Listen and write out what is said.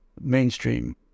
mainstream